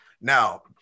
Now